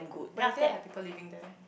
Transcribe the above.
but is there like people living there